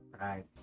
Right